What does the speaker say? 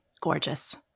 gorgeous